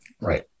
Right